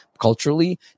culturally